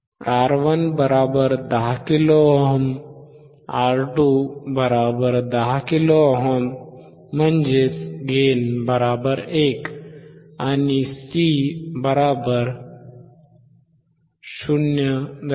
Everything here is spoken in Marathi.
R1 10 kilo ohm 10kΩ R2 10 kilo ohm 10kΩ म्हणजे गेन 1 आणि C 0